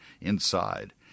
inside